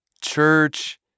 church